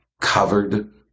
covered